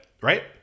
right